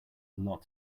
lot